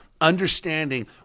understanding